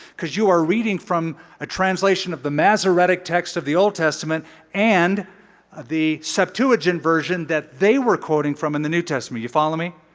because you are reading from a translation of the masoretic text of the old testament and the septuagint version that they were quoting from in the new testament. you follow me?